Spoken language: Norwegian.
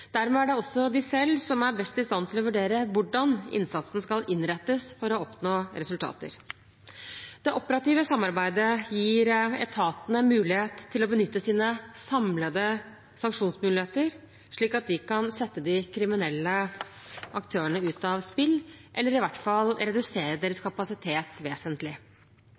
Dermed er det også de selv som er best i stand til å vurdere hvordan innsatsen skal innrettes for å oppnå resultater. Det operative samarbeidet gir etatene mulighet til å benytte sine samlede sanksjonsmuligheter, slik at de kan sette de kriminelle aktørene ut av spill eller i hvert fall redusere kapasiteten deres vesentlig.